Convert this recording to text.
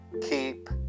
keep